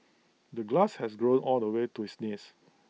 the grass had grown all the way to his knees